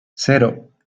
cero